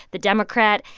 the democrat.